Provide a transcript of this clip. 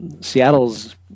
Seattle's